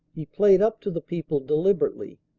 he played up to the people deliberately.